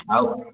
ଆଉ